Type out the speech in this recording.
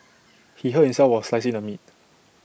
he hurt himself while slicing the meat